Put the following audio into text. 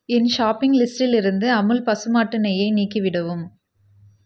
என் shopping லிஸ்டிலிருந்து அமுல் பசுமாட்டு நெய்யை நீக்கி விடவும்